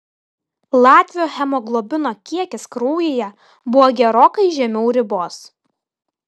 latvio hemoglobino kiekis kraujyje buvo gerokai žemiau ribos